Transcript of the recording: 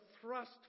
thrust